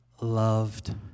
loved